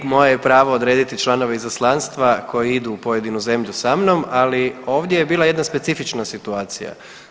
moje je pravo odrediti članove izaslanstva koji idu u pojedinu zemlju sa mnom, ali ovdje je bila jedna specifična situacija.